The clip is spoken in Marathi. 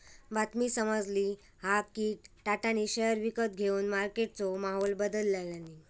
बातमी समाजली हा कि टाटानी शेयर विकत घेवन मार्केटचो माहोल बदलल्यांनी